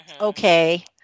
Okay